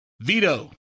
veto